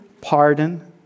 pardon